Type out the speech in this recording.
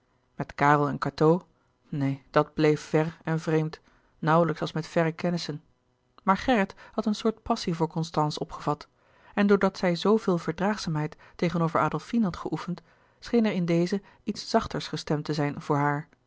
met karel en cateau neen dat bleef ver en vreemd nauwlijks als met verre kennissen maar gerrit had een soort passie voor constance opgevat en doordat zij zooveel verdraagzaamheid tegenover adolfine had geoefend scheen er in deze iets zachters gestemd te zijn voor haar